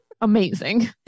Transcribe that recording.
amazing